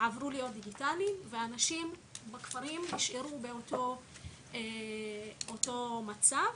הפכו להיות דיגיטליים ואנשים בכפרים נשארו באותו מצב,